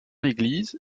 église